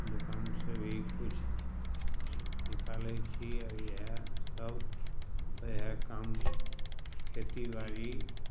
दोकान से भी किछु निकालै छियै इएह सभ ओहए काम खेती बाड़ी